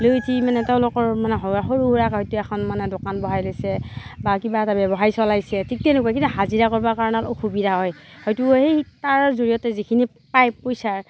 লৈ উঠি মানে তেওঁলোকৰ মানে সৰু সুৰা সৈতে মানে এখন দোকান বহাই লৈছে বা কিবা এটা ব্যৱসায় চলাইছে ঠিক তেনেকুৱা কিন্তু হাজিৰা কৰিবৰ কাৰণে অলপ অসুবিধা হয় হয়তো সেই তাৰ জৰিয়তে যিখিনি পায় পইচা